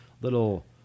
little